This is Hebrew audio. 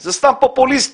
זה סתם פופוליסטי